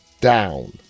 down